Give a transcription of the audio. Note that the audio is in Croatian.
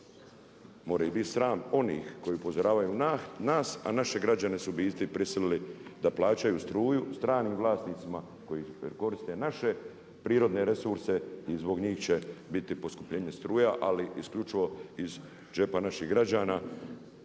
More ih bit sram onih koji upozoravaju nas, a naše građane su u biti prisilili da plaćaju struju stranim vlasnicima koji koriste naše prirodne resurse i zbog njih će biti poskupljenje struje, ali isključivo iz džepa naših građana.